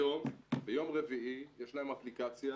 היום, ביום רביעי יש להם אפליקציה,